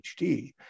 phd